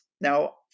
Now